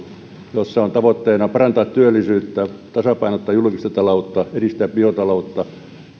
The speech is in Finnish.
jossa on tavoitteena parantaa työllisyyttä tasapainottaa julkista taloutta edistää biotaloutta